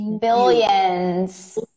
Billions